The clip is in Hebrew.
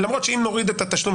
-- למרות שאם נוריד את התשלום,